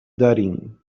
darin